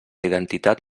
identitat